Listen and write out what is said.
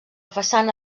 façana